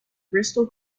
bristol